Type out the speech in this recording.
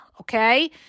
okay